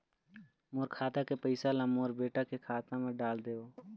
मोर खाता के पैसा ला मोर बेटा के खाता मा डाल देव?